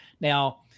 Now